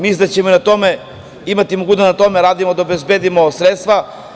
Mislim da ćemo na tome imati mogućnost da na tome radimo da obezbedimo sredstva.